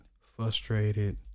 frustrated